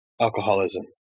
alcoholism